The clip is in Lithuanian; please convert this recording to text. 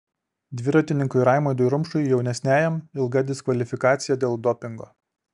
dviratininkui raimondui rumšui jaunesniajam ilga diskvalifikacija dėl dopingo